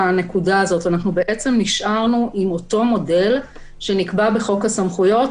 אנחנו נשארנו עם אותו מודל שנקבע בחוק הסמכויות